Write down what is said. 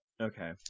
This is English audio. Okay